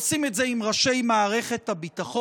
עושים את זה עם ראשי מערכת הביטחון.